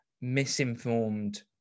misinformed